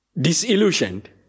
disillusioned